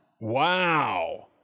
Wow